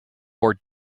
one